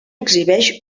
exhibeix